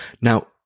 Now